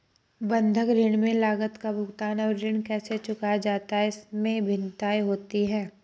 बंधक ऋण में लागत का भुगतान और ऋण कैसे चुकाया जाता है, इसमें भिन्नताएं होती हैं